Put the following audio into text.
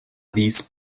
these